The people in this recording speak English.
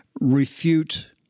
refute